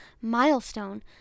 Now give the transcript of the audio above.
milestone